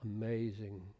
amazing